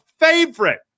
favorite